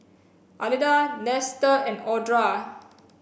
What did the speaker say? Alida Nestor and Audra